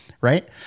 right